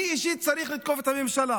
אני אישית צריך לתקוף את הממשלה,